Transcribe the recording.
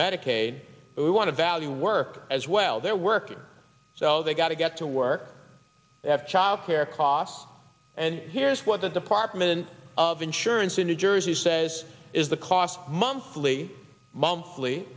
medicaid who want to value work as well they're working so they've got to get to work have child care costs and here's what the department of insurance in new jersey says is the cost monthly monthly